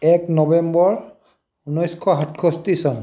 এক নৱেম্বৰ ঊনৈছশ সাতষষ্টি চন